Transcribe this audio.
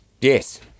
Yes